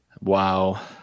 Wow